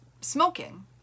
smoking